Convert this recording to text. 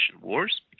wars